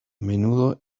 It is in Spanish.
menudo